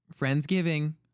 Friendsgiving